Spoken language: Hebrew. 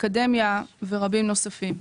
אקדמיה ורבים נוספים.